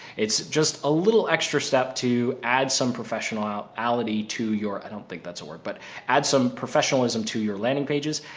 it's just a little extra step to add some professional ality to your i don't think that's a word, but add some professionalism to your landing pages,